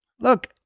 Look